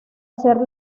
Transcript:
ser